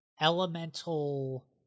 elemental